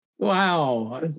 Wow